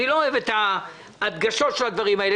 אני לא אוהב את ההדגשות של הדברים האלה.